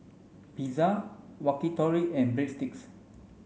Pizza Yakitori and Breadsticks